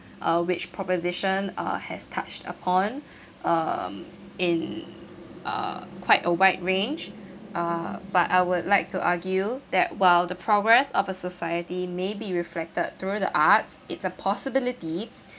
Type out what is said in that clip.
uh which proposition uh has touched upon um in uh quite a wide range uh but I would like to argue that while the progress of a society may be reflected through the arts is a possibility